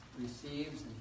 receives